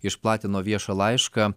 išplatino viešą laišką